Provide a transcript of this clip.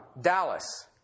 Dallas